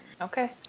Okay